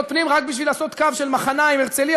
פנים רק בשביל לעשות קו של מחניים הרצליה,